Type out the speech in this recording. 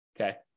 okay